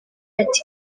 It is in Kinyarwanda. ati